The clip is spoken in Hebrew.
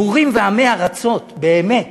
בורים ועמי ארצות, באמת.